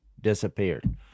Disappeared